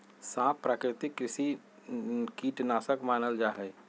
सांप प्राकृतिक कृषि कीट नाशक मानल जा हई